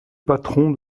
patron